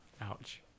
ouch